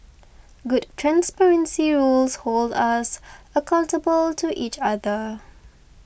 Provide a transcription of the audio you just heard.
good transparency rules hold us accountable to each other